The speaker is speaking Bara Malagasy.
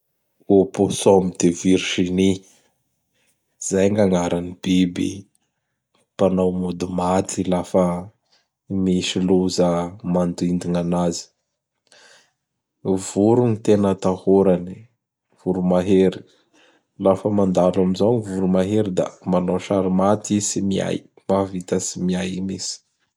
Aupossum de Virginie. Zay gn agnaran biby mpanao mody maty lafa misy loza mandindogna anazy. Gny voro gn tena atahorany, Voromahery. Lafa mandalo amin'izao gny voromahery da manao sary maty i tsy miay. Mahavita tsy miay mintsy.